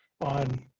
on